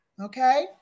Okay